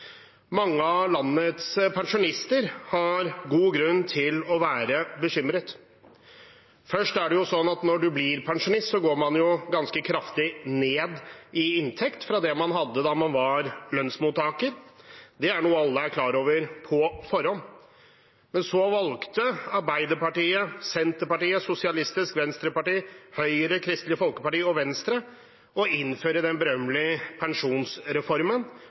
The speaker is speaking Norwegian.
Mange av landets pensjonister har god grunn til å være bekymret. Først er det sånn at når man blir pensjonist, går man ganske kraftig ned i inntekt fra det man hadde da man var lønnsmottaker. Det er noe alle er klar over på forhånd. Men så valgte Arbeiderpartiet, Senterpartiet, SV, Høyre, Kristelig Folkeparti og Venstre å innføre den berømmelige pensjonsreformen,